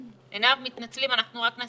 לא, יש לי